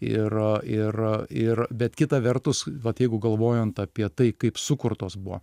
ir ir ir bet kita vertus vat jeigu galvojant apie tai kaip sukurtos buvo